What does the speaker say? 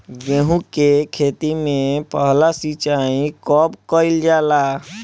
गेहू के खेती मे पहला सिंचाई कब कईल जाला?